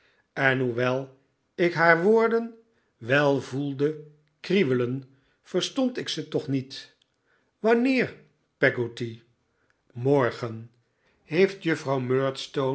en hoewel ik haar woorden wel voelde krieuwelen verstond ik ze toch niet wanneer peggotty morgen heeft juffrouw